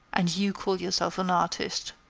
and you call yourself an artist!